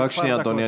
רק שנייה, אדוני.